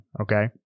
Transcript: okay